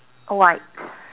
uh white